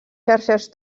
xarxes